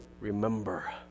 remember